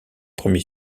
premier